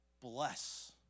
bless